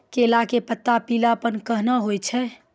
केला के पत्ता पीलापन कहना हो छै?